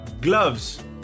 gloves